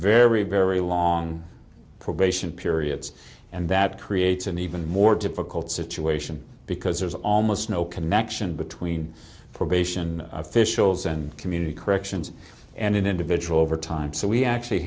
very very long probation periods and that creates an even more difficult situation because there's almost no connection between probation officials and community corrections and individual over time so we actually